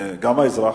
גם האזרח,